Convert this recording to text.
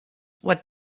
what